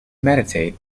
meditate